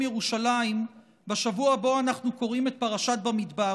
ירושלים בשבוע שבו אנחנו קוראים את פרשת במדבר.